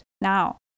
now